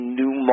new